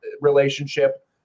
relationship